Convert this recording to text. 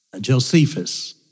Josephus